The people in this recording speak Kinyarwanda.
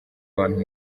abantu